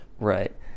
right